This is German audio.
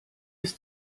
ist